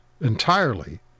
entirely